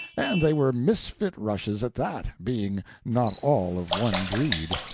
and they were misfit rushes at that, being not all of one breed.